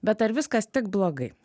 bet ar viskas tik blogai